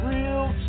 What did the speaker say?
Real